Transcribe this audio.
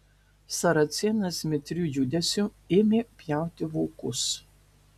saracėnas mitriu judesiu ėmė pjauti vokus